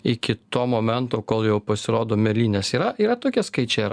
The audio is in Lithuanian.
iki to momento kol jau pasirodo mėlynės yra yra tokie skaičiai ar